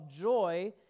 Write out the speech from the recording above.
joy